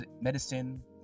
medicine